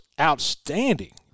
outstanding